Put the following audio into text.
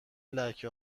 لکه